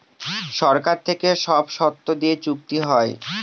সরকার থেকে সব শর্ত দিয়ে চুক্তি হয়